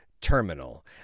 terminal